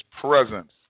presence